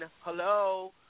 Hello